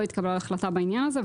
לא התקבלה החלטה בעניין הזה.